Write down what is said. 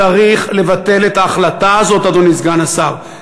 צריך לבטל את ההחלטה הזאת, אדוני סגן השר.